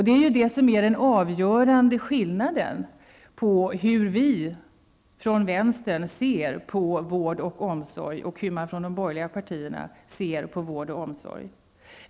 Det är ju det som är den avgörande skillnaden mellan hur vi från vänstern och hur man från de borgerliga partierna ser på vård och omsorg.